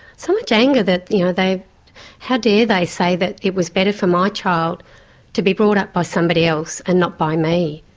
so much anger that. you know how dare they say that it was better for my child to be brought up by somebody else and not by me.